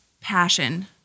passion